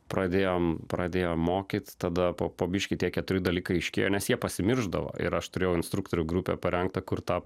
pradėjom pradėjom mokyt tada po po biškį tie keturi dalykai aiškėjo nes jie pasimiršdavo ir aš turėjau instruktorių grupę parengtą kur tą